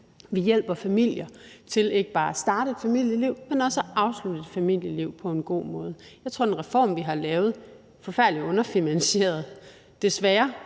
vi hjælper familier til ikke bare at starte et familieliv, men også til at afslutte et familieliv på en god måde. Jeg tror, at den reform, vi har lavet – forfærdelig underfinansieret,